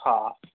हा